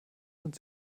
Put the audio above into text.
sind